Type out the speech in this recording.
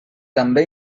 també